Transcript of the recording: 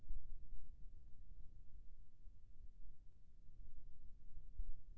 ये सेवा के पूरा जानकारी मोला कोन करा से मिलही?